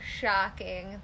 shocking